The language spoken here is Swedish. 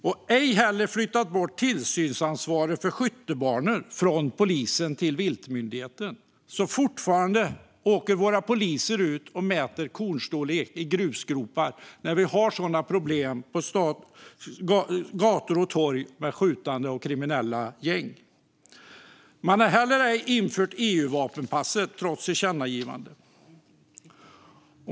Inte heller har man flyttat bort tillsynsansvaret för skyttebanor från polisen till viltmyndigheten. Fortfarande åker våra poliser ut och mäter kornstorlek i grusgropar, när vi har sådana problem på städernas gator och torg med skjutande och kriminella gäng. Man har inte infört EU-vapenpasset, trots tillkännagivande.